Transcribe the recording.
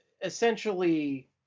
essentially